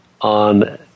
on